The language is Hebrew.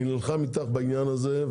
אני נלחם איתך בעניין הזה,